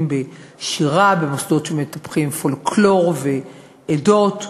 בשירה ובמוסדות שמטפחים פולקלור ועדות.